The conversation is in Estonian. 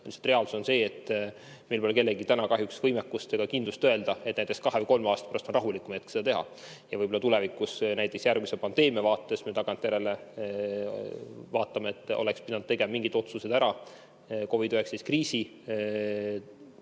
reaalsus on see, et meil pole kellelgi täna kahjuks võimekust ega kindlust öelda, et näiteks kahe või kolme aasta pärast on rahulikum hetk seda teha. Ja võib-olla tulevikus, näiteks järgmise pandeemia vaates, me tagantjärele vaatame, et oleks pidanud tegema mingid otsused ära COVID-19 kriisi